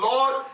Lord